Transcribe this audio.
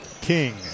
King